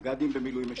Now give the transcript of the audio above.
מג"דים במילואים משקרים?